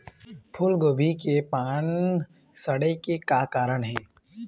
फूलगोभी के पान सड़े के का कारण ये?